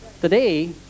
Today